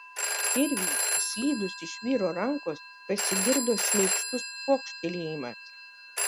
kirviui išslydus iš vyro rankos pasigirdo šleikštus pokštelėjimas